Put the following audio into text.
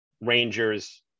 Rangers